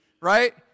Right